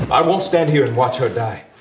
i will stand here and watch her die